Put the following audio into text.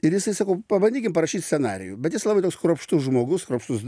ir jisai sakau pabandykim parašyt scenarijų bet jis labai toks kruopštus žmogus kruopštus